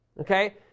Okay